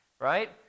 right